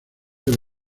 del